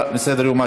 לוועדה,